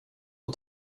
och